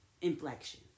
inflection